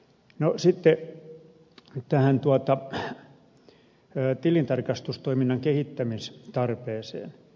sitten tähän tilintarkastustoiminnan kehittämistarpeeseen